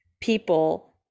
people